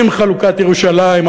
עם חלוקת ירושלים,